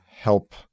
help